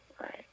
Right